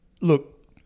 look